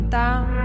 down